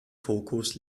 fokus